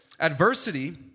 Adversity